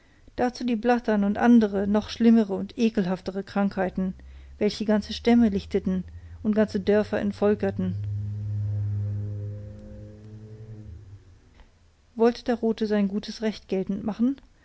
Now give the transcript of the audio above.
dazu die blattern und andere noch viel schlimmere und ekelhaftere krankheiten welche ganze stämme lichteten und ganze dörfer entvölkerten wollte der rote sein gutes recht geltend machen